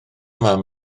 mam